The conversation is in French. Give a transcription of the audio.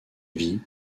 vie